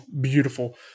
beautiful